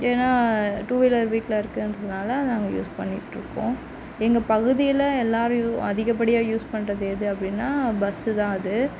ஏனால் டூவீலர் வீட்டில் இருக்குதுன்றதினால அதை யூஸ் பண்ணிட்டு இருக்கோம் எங்கள் பகுதியில் எல்லாரும் அதிகப்படியாக யூஸ் பண்ணுறது எது அப்படினா பஸ் தான் அது